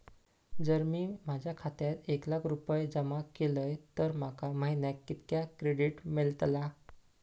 जर मी माझ्या खात्यात एक लाख रुपये जमा केलय तर माका महिन्याक कितक्या क्रेडिट मेलतला?